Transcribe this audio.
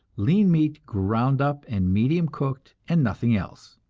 lean meat ground up and medium cooked, and nothing else,